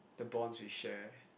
bonds we share